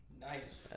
Nice